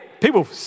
people